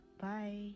Bye